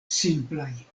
simplaj